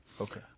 okay